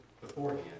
beforehand